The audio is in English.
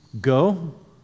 go